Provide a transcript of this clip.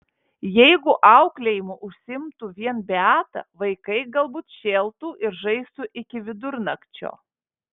jeigu auklėjimu užsiimtų vien beata vaikai galbūt šėltų ir žaistų iki vidurnakčio